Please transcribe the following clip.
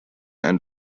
and